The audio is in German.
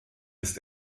ist